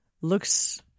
Looks